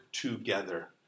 together